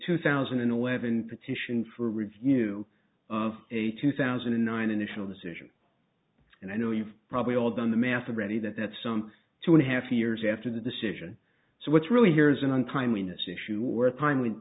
two thousand and eleven petition for review of a two thousand and nine initial decision and i know you've probably all done the math already that that's some two and a half years after the decision so what's really here isn't on time when